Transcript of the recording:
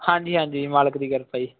ਹਾਂਜੀ ਹਾਂਜੀ ਮਾਲਕ ਦੀ ਕਿਰਪਾ ਜੀ